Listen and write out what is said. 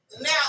Now